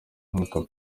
nka